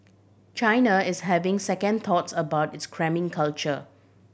China is having second thoughts about its cramming culture